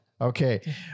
Okay